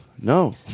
No